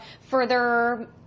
further